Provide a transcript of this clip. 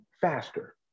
faster